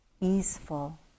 easeful